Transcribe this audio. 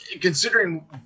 considering